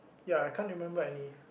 ya I can't remember any